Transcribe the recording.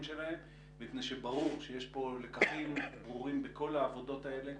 שלהם מפני שברור שיש פה לקחים ברורים בכל העבודות האלה,